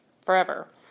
forever